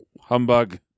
Humbug